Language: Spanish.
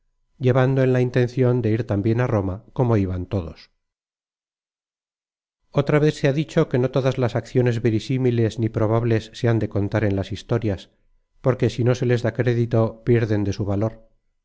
llevando en la intencion de ir tambien á roma como iban todos otra vez se ha dicho que no todas las acciones verisimiles ni probables se han de contar en las historias porque si no se les da crédito pierden de su valor